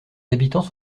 habitants